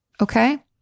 Okay